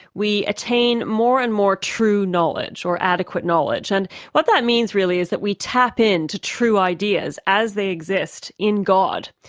we attain more and more true knowledge, or adequate knowledge, and what that means really is that we tap in to true ideas as they exist in god.